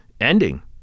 ending